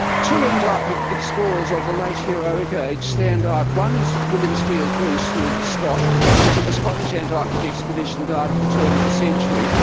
two antarctic explorers of the late heroic age stand out. one is william speirs bruce, who was a scot who took a scottish antarctic expedition down at the turn of the century,